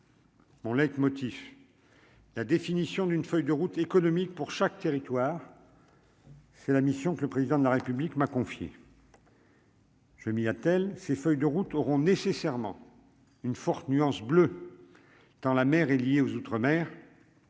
Mon leitmotiv, la définition d'une feuille de route économique pour chaque territoire. C'est la mission que le président de la République m'a confié. Je m'y attelle ces feuilles de route auront nécessairement une forte nuance bleu dans la mer est liée aux outre-mer